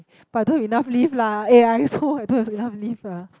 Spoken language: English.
but don't have enough leave lah eh I also I don't have enough leave lah